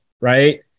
right